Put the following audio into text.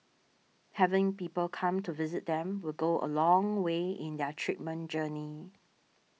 having people come to visit them will go a long way in their treatment journey